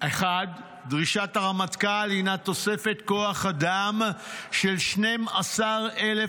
דרישת הרמטכ"ל הינה תוספת כוח אדם של 12,000